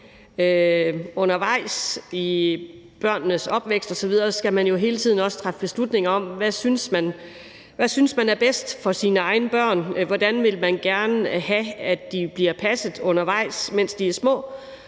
Undervejs i børnenes opvækst osv. skal man jo hele tiden træffe beslutninger om, hvad man synes er bedst for ens egne børn, og hvordan man gerne vil have de bliver passet undervejs, mens de er små.